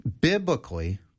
Biblically